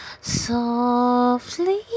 softly